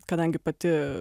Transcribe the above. kadangi pati